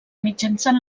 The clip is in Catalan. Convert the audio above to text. mitjançant